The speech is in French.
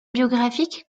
biographiques